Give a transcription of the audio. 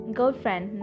girlfriend